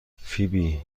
فیبی